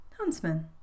Huntsman